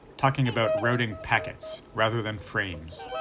talking about routing packets, rather than frames.